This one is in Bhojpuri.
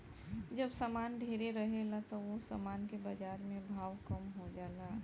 जब सामान ढेरे रहेला त ओह सामान के बाजार में भाव कम हो जाला